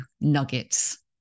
nuggets